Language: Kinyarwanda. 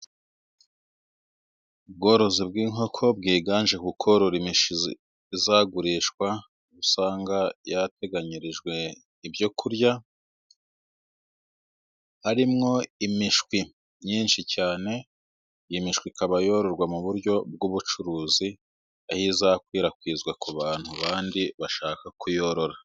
Ubworozi bw'inkoko bwiganje kukorora imishwi izagurishwa, usanga yateganyirijwe ibyo kurya arimwo imishwi myinshi cyane. Iyi mishwi ikaba yororwa mu buryo bw'ubucuruzi aho izakwirakwizwa ku bantu bandi bashaka kuyorora.